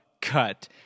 cut